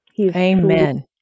Amen